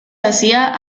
hacía